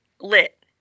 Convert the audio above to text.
lit